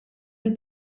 mill